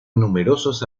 numerosos